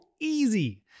easy